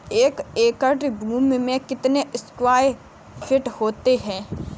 एक एकड़ भूमि में कितने स्क्वायर फिट होते हैं?